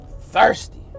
Thirsty